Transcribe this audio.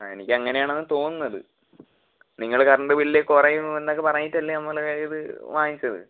ആ എനിക്ക് അങ്ങനെയാണത് തോന്നുന്നത് നിങ്ങൾ കറണ്ട് ബിൽ കുറയും എന്നൊക്കെ പറഞ്ഞിട്ടല്ലേ നമ്മൾ ഇത് വാങ്ങിച്ചത്